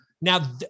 Now